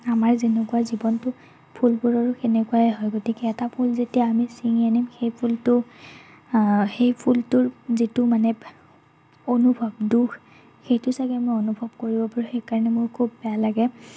আমাৰ যেনেকুৱা জীৱনটো ফুলবোৰৰো সেনেকুৱাই হয় গতিকে এটা ফুল যেতিয়া আমি চিঙি আনিম সেই ফুলটো সেই ফুলটোৰ যিটো মানে অনুভৱ দুখ সেইটো চাগে মই অনুভৱ কৰিব পাৰোঁ সেইকাৰণে মোৰ খুব বেয়া লাগে